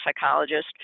psychologist